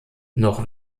noch